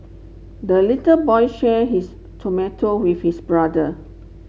the little boy share his tomato with his brother